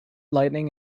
lightning